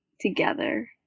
together